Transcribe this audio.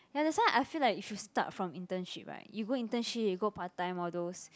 ya that's why I feel like you should start from internship right you go internship you go part time all those